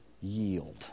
yield